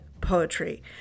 poetry